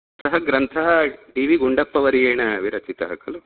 सः ग्रन्थः D V गुण्डप्पवर्येण विरचितः खलु